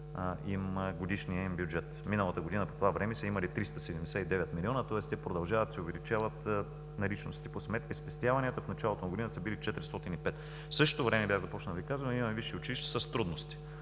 на годишния им бюджет. Миналата година по това време са имали 379 милиона, тоест те продължават да увеличават наличностите си по сметка – спестяванията. В началото на годината са били 405. В същото време, бях започнал да Ви казвам, имаме висши училища с трудности.